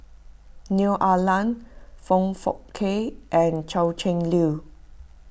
Neo Ah Luan Foong Fook Kay and Liu